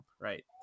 right